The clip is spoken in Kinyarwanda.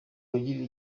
wigirira